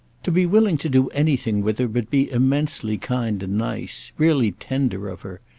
to be willing to do anything with her but be immensely kind and nice really tender of her.